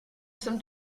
jsem